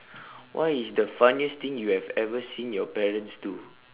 what is the funniest thing you have ever seen your parents do